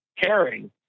caring